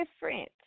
different